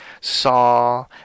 saw